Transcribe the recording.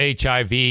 HIV